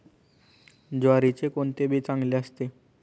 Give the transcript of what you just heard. ज्वारीचे कोणते बी चांगले असते?